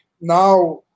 Now